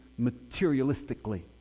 materialistically